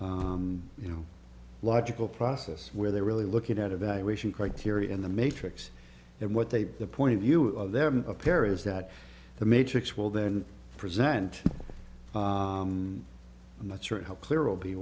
liberal you know logical process where they're really looking at evaluation criteria in the matrix and what they the point of view of them appear is that the matrix will then present and i'm not sure how clear will be